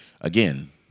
again